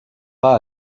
pas